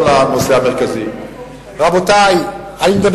ואני רוצה לחזור לנושא המרכזי.